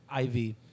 IV